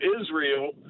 Israel